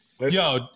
Yo